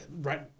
right